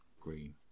green